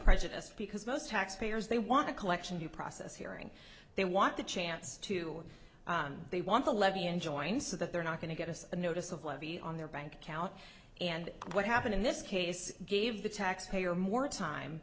prejudiced because most taxpayers they want a collection due process hearing they want the chance to they want to levy enjoins so that they're not going to get us the notice of levy on their bank account and what happened in this case gave the taxpayer more time